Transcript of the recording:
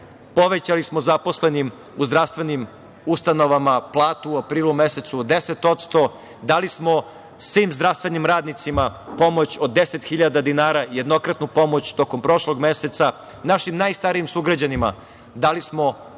povećali smo zaposlenim u zdravstvenim ustanovama platu u aprilu mesecu 10%, dali smo svim zdravstvenim radnicima pomoć od 10.000 dinara, jednokratnu pomoć tokom prošlog meseca. Našim najstarijim sugrađanima dali smo